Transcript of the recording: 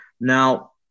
Now